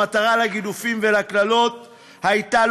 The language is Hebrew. המטרה לגידופים ולקללות הייתה,